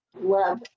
love